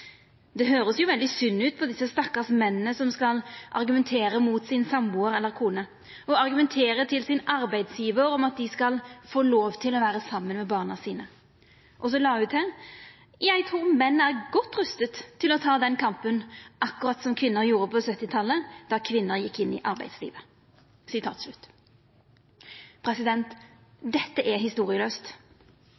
høres jo veldig synd ut på disse stakkars mennene som må argumentere mot sin samboer eller kone og argumentere til sin arbeidsgiver for at de skal få mulighet til å være sammen med barna sine.» Så la ho til: Eg trur menn er «godt rustet til å ta den kampen», akkurat som kvinner gjorde på 1970-talet, då dei gjekk inn i arbeidslivet.